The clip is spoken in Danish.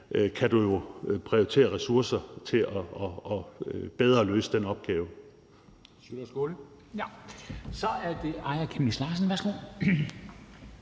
man jo prioritere ressourcer til at løse den opgave